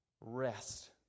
rest